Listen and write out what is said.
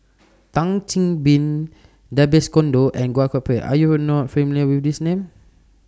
Tan Chin Chin Babes Conde and Goh Koh Pui Are YOU not familiar with These Names